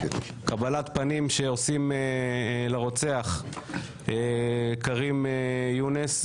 קבלת פנים שעושים לרוצח כרים יונס.